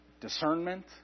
discernment